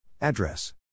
Address